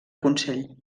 consell